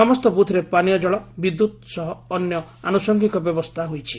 ସମସ୍ତ ବୁଥରେ ପାନୀୟ ଜଳ ବିଦ୍ୟୁତ ରେମ୍ପ ସହ ଅନ୍ୟ ଆନୁଷାଂଗିକ ବ୍ୟବସ୍ତା ହୋଇଛି